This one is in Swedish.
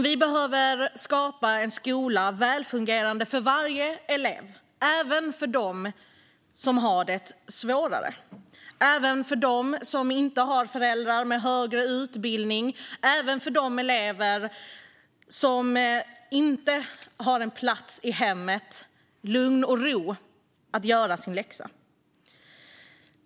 Vi behöver skapa en skola som är välfungerande för varje elev, även för dem som har det svårare, även för dem som inte har föräldrar med högre utbildning och även för de elever som inte har en plats i hemmet där de i lugn och ro kan göra sin läxa.